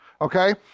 okay